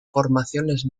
formaciones